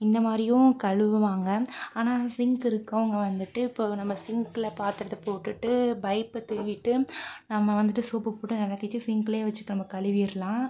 இந்தமாதிரியும் கழுவுவாங்கள் ஆனால் அந்த சிங்க் இருக்கவங்கள் வந்துட்டு இப்போது நம்ம சிங்க்ல பாத்திரத்த போட்டுட்டு பைப்பை திருவிட்டு நம்ம வந்துட்டு சோப்பு போட்டு நல்லா தேய்ச்சி சிங்க்லே வச்சு இப்போ நம்ம கழுவிடலாம்